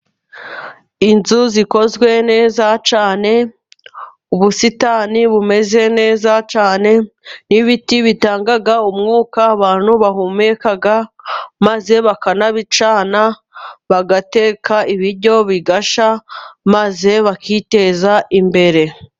Inzu zikozwe neza cyane, ubusitani bumeze neza cyane, n'ibiti bitanga umwuka abantu bahumeka maze bakanabicana bagateka ibiryo bigashya maze bakiteza imbere.